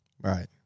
Right